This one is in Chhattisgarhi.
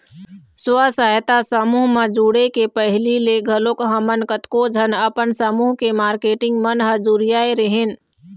स्व सहायता समूह म जुड़े के पहिली ले घलोक हमन कतको झन अपन समूह के मारकेटिंग मन ह जुरियाय रेहेंन